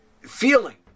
feeling